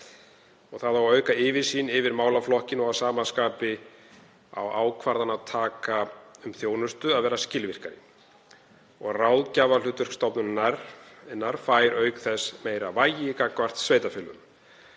á að auka yfirsýn yfir málaflokkinn og að sama skapi á ákvarðanataka um þjónustu að verða skilvirkari. Ráðgjafarhlutverk stofnunarinnar fær auk þess meira vægi gagnvart sveitarfélögunum.